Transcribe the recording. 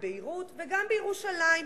בביירות וגם בירושלים.